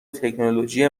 تکنولوژی